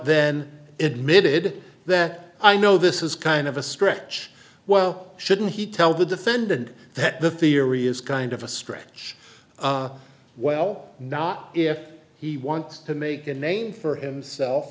it mid that i know this is kind of a stretch well shouldn't he tell the defendant that the theory is kind of a stretch well not if he wants to make a name for himself